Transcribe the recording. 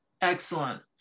Excellent